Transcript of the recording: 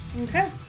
Okay